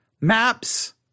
maps